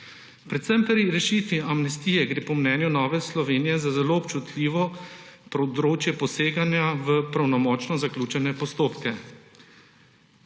Predvsem pri rešitvi amnestije gre po mnenju Nove Slovenije za zelo občutljivo področje poseganja v pravnomočno zaključene postopke.